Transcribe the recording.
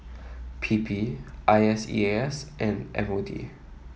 P P I S E A S and M O D